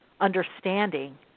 understanding